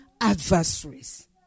adversaries